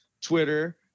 Twitter